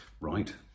right